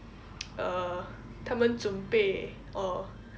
uh 他们准备 or